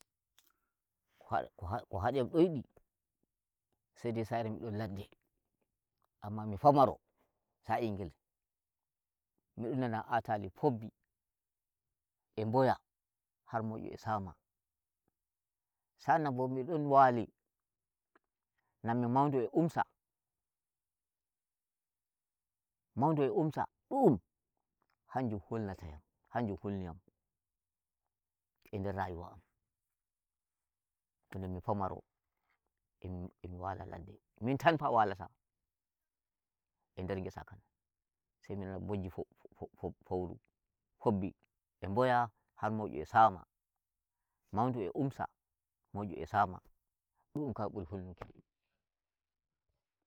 Ko- had- ko hadiyam doidi sai dei sare mi dob ladde, amma mi famaro sa'i ngel mi don nana atali fobbi e mboya har moyu e sama, sa'an nan mi don wali, nammi maundu e umsa, maundu e umsa du'um hanjum hulnata yam. hanjum hulni yam e nder rayuwa am, ko nden mi famaro em e'mi wala ladde min tan fa walata e nder ngesa kam, sai mi nana bojji fob- fo- fouru fobbi e mboya harmo'yu e sa'a ma maundu e umsa, mou'yu e sama'a dum kawai buri hulnuki yam.